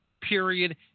period